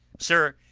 sir,